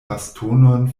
bastonon